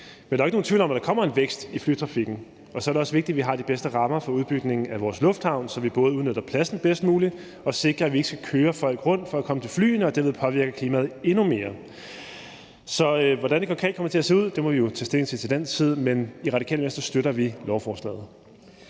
Men der er jo ikke nogen tvivl om, at der kommer en vækst i flytrafikken, og så er det også vigtigt, at vi har de bedste rammer for udbygningen af vores lufthavn, så vi både udnytter pladsen bedst muligt og sikrer, at vi ikke skal køre folk rundt for at komme til flyene og derved påvirke klimaet endnu mere. Så hvordan det konkret kommer til at se ud, må vi jo tage stilling til til den tid. Men i Radikale Venstre støtter vi lovforslaget.